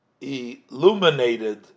illuminated